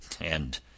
And